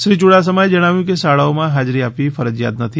શ્રી યૂડાસમાએ જણાવ્યું કે શાળાઓમાં હાજરી આપવી ફરજીયાત નથી